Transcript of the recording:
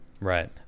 right